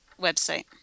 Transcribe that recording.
Website